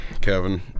Kevin